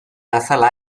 azala